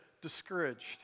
discouraged